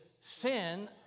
Sin